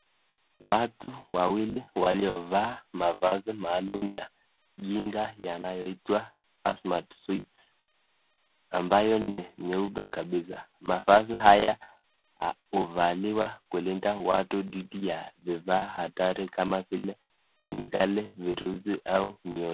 Watu wawili waliovaa mavazi maalum ya kinga yanayoitwa basmat suits ambayo ni nyeupe kabisa. Mavazi haya huvaliwa kulinda watu dhidhi ya vifaa hatari kama vile kemikali, virusi au mioto.